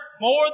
more